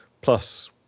plus